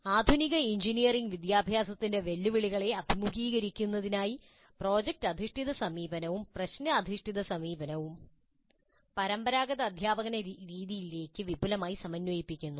ആധുനിക എഞ്ചിനീയറിംഗ് വിദ്യാഭ്യാസത്തിന്റെ വെല്ലുവിളികളെ അഭിമുഖീകരിക്കുന്നതിനായി പ്രോജക്റ്റ് അധിഷ്ഠിത സമീപനവും പ്രശ്നഅധിഷ്ഠിത സമീപനവും മുമ്പത്തെ രണ്ട് യൂണിറ്റുകളിൽ ഞങ്ങൾ ചർച്ചചെയ്തത് പരമ്പരാഗത അധ്യാപന രീതികളിലേക്ക് വിപുലമായി സമന്വയിപ്പിക്കുന്നു